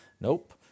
Nope